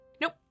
nope